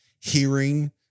hearing